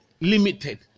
limited